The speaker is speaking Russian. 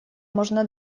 можно